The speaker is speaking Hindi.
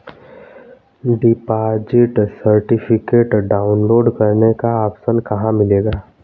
डिपॉजिट सर्टिफिकेट डाउनलोड करने का ऑप्शन कहां मिलेगा?